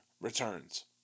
returns